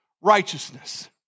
righteousness